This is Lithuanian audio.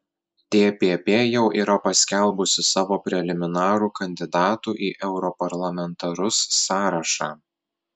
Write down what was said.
tpp jau yra paskelbusi savo preliminarų kandidatų į europarlamentarus sąrašą